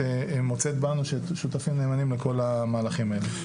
מוצאת בנו שותפים נאמנים לכל המהלכים האלה.